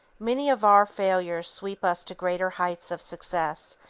many of our failures sweep us to greater heights of success,